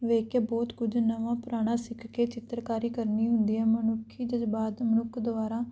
ਵੇਖ ਕੇ ਬਹੁਤ ਕੁਝ ਨਵਾਂ ਪੁਰਾਣਾ ਸਿੱਖ ਕੇ ਚਿੱਤਰਕਾਰੀ ਕਰਨੀ ਹੁੰਦੀ ਹੈ ਮਨੁੱਖੀ ਜਜ਼ਬਾਤ ਮਨੁੱਖ ਦੁਆਰਾ